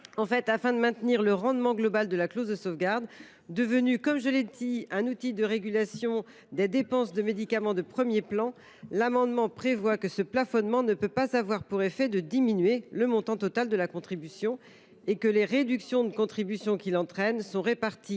spécialités. Afin de maintenir le rendement global de la clause de sauvegarde, devenue un outil de régulation des dépenses de médicaments de premier plan, l’amendement prévoit que ce plafonnement ne peut pas avoir pour effet de diminuer le montant total de la contribution, et que les réductions de contribution qu’il entraîne sont réparties